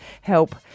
help